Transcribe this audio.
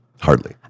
Hardly